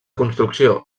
construcció